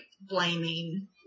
blaming